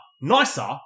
nicer